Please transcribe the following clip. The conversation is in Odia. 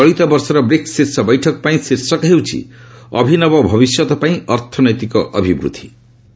ଚଳିତ ବର୍ଷର ବ୍ରିକ୍ ଶୀର୍ଷ ବୈଠକ ପାଇଁ ଶୀର୍ଷକ ହେଉଛି 'ଅଭିନବ ଭବିଷ୍ୟତ ପାଇଁ ଅର୍ଥନୈତିକ ଅଭିବୃଦ୍ଧି'